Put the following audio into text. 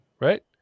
right